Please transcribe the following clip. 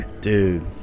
Dude